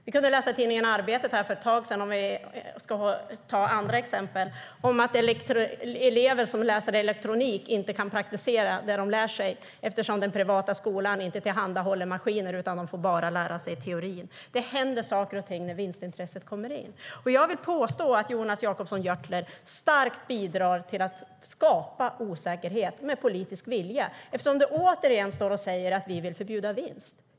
För ett tag sedan kunde vi läsa i tidningen Arbetet att elever som läser elektronik inte kan praktisera det de lär sig eftersom den privata skolan inte tillhandahåller maskiner. De får bara lära sig teori. Det händer saker när vinstintresset kommer in. Jag vill påstå att du, Jonas Jacobsson Gjörtler, med politisk vilja starkt bidrar till att skapa osäkerhet eftersom du åter står och säger att vi vill förbjuda vinst.